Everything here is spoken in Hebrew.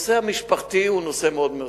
הנושא המשפחתי הוא נושא מאוד חשוב.